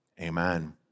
Amen